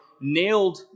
nailed